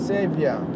Savior